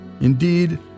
Indeed